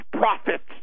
profits